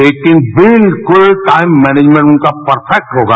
लेकिन बिल्कुल उनका टाइम मैनेजमेंट उनका परफैक्ट होगा